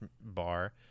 bar